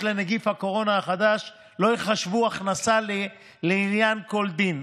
לנגיף הקורונה החדש לא ייחשבו הכנסה לעניין כל דין,